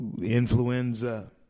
influenza